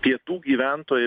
pietų gyventojai